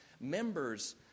members